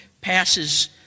passes